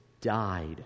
died